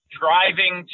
driving